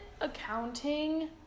accounting